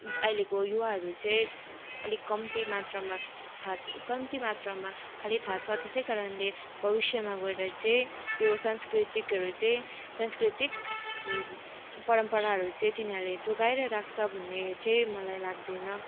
अहिलेको युवाहरू चाहिँ अलिक कम्ती मात्रामा थाहा छ कम्ती मात्रामा खालि थाहा छ त्यसै कारणले भविष्यमा गएर चाहिँ यो सांस्कृतिकहरू चाहिँ सांस्कृतिक परम्पराहरू चाहिँ तिनीहरूले जोगाएर राख्छ भन्ने चाहिँ मलाई लाग्दैन